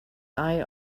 eye